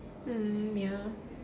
mm ya